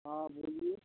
हाँ बोलिए